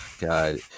God